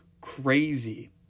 crazy